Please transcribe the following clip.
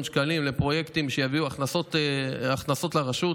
שקלים לפרויקטים שיביאו הכנסות לרשות.